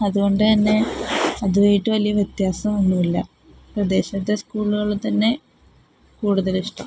അതുകൊണ്ട് തന്നെ അതുമായിട്ട് വലിയ വ്യത്യാസം ഒന്നുമില്ല പ്രദേശത്തെ സ്കൂളുകൾ തന്നെ കൂടുതൽ ഇഷ്ടം